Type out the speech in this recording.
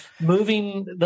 moving